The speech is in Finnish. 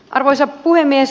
arvoisa puhemies